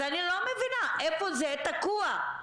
אני לא מבינה איפה זה תקוע.